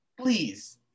please